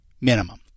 minimum